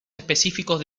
específicos